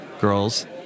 girls